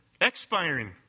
expiring